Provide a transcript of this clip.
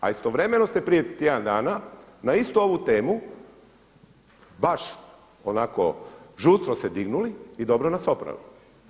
A istovremeno ste prije tjedan dana na istu ovu temu baš onako žustro se dignuli i dobro nas oprali.